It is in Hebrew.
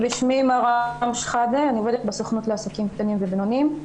אני עובדת בסוכנות לעסקים קטנים ובינוניים.